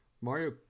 Mario